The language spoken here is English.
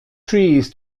trees